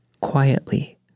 quietly